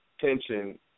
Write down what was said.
Tension